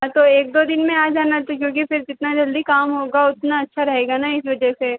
हाँ तो एक दो दिन में आ जाना तो क्योंकि फिर जितना जल्दी काम होगा उतना अच्छा रहेगा न इस वजह से